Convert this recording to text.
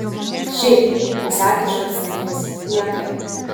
šiaip pasakė švarcnegeris niekai